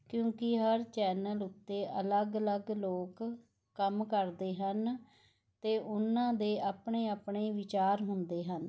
ਕਿਉਂਕਿ ਹਰ ਚੈਨਲ ਉੱਤੇ ਅਲੱਗ ਅਲੱਗ ਲੋਕ ਕੰਮ ਕਰਦੇ ਹਨ ਅਤੇ ਉਨ੍ਹਾਂ ਦੇ ਆਪਣੇ ਆਪਣੇ ਵਿਚਾਰ ਹੁੰਦੇ ਹਨ